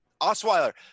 Osweiler